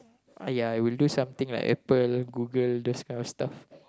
uh ya I will do something like Apple Google this kind of stuff